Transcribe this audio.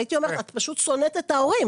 והייתי אומרת לה: את פשוט שונאת את ההורים,